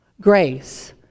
grace